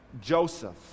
Joseph